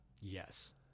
Yes